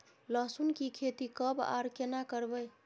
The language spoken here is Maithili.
लहसुन की खेती कब आर केना करबै?